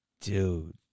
Dude